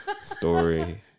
story